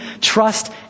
Trust